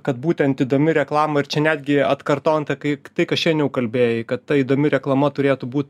kad būtent įdomi reklama ir čia netgi atkartonta kaip tai kas šiandien jau kalbėjai kad ta įdomi reklama turėtų būt